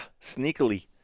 sneakily